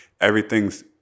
everything's